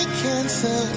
cancer